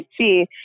see